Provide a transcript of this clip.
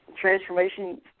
transformation